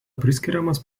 priskiriamas